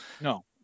No